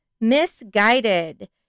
Misguided